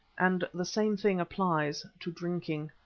and the same thing applies to drinking.